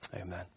Amen